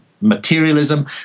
materialism